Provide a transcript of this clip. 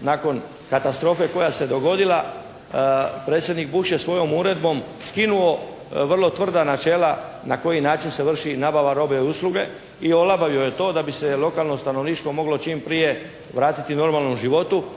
nakon katastrofe koja se je dogodila predsjednik Bush je svojom uredbom skinuo vrlo tvrda načela na koji način se vrši nabava robe i usluge i olabavio je to da bi se lokalno stanovništvo moglo čim prije vratiti normalnom životu.